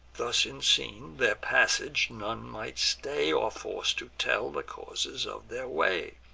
thus unseen, their passage none might stay, or force to tell the causes of their way.